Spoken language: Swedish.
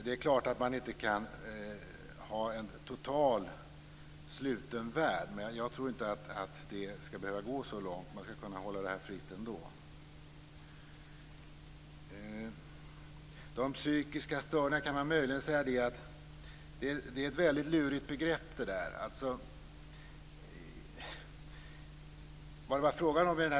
Det är klart att man inte kan ha en totalt sluten värld, men jag tror inte att det skall behöva gå så långt. Man skall kunna hålla fritt ändå. Psykiska störningar är ett väldigt lurigt begrepp.